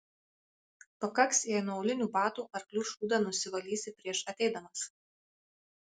pakaks jei nuo aulinių batų arklių šūdą nusivalysi prieš ateidamas